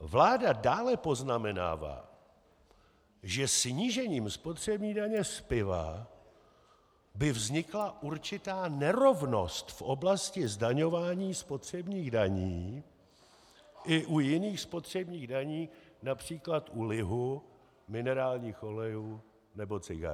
Vláda dále poznamenává, že snížením spotřební daně z piva by vznikla určitá nerovnost v oblasti zdaňování spotřebních daní i u jiných spotřebních daní, například u lihu, minerálních olejů nebo cigaret.